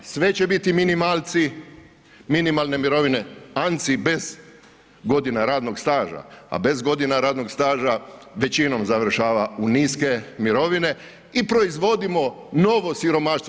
Sve će biti minimalci, minimalne mirovine, ... bez godina radnog staža a bez godina radnog staža, većinom završava u niske mirovine i proizvodimo novo siromaštvo.